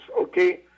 okay